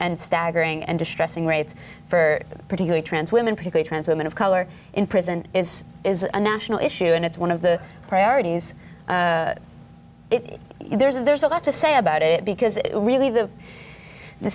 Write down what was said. and staggering and distressing rates for a particular trans women particular trans women of color in prison is a national issue and it's one of the priorities if there is and there's a lot to say about it because really the